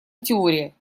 теория